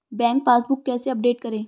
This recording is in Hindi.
बैंक पासबुक कैसे अपडेट करें?